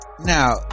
now